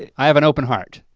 i have an open heart.